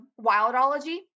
wildology